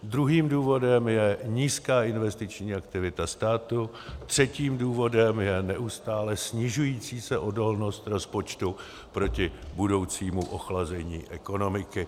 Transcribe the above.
Druhým důvodem je nízká investiční aktivita státu, třetím důvodem je neustále se snižující odolnost rozpočtu proti budoucímu ochlazení ekonomiky.